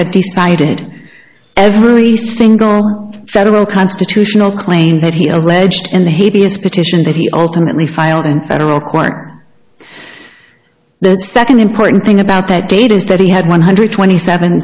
had decided every single federal constitutional claim that he alleged in the hideous petition that he ultimately filed in federal court the second important thing about that date is that he had one hundred twenty seven